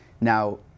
Now